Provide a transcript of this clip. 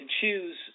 choose